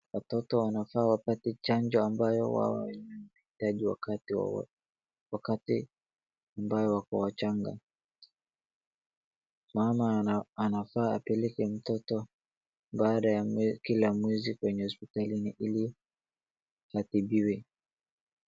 Watoto wanafaa wapate chanjo ambayo wao wenyewe wanahitaji wakati wowote, wakati ambayo wako wachanga. Mama anafaa apeleke mtoto baada ya kila mwezi kwenye hospitali ili atibiwe.